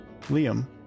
Liam